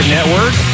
Network